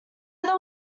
there